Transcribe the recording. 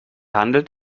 handelt